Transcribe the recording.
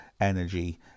energy